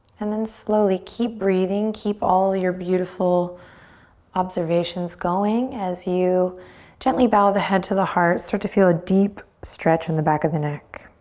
and then slowly keep breathing. keep all your beautiful observations going as you gently bow the head to the heart, start to feel a deep stretch in the back of the neck.